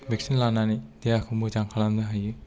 vaccine लानानै देहाखौ मोजां खालामनो हायो